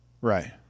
Right